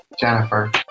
Jennifer